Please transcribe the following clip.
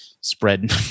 spread